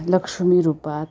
लक्ष्मी रूपात